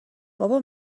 بابا